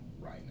right